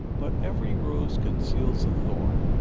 but every rose conceals a thorn,